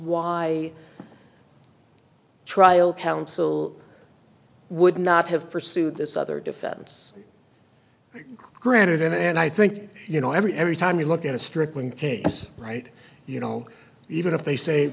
why trial counsel would not have pursued this other defense granted him and i think you know every every time you look at a strickland case right you know even if they say